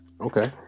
Okay